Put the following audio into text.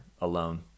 alone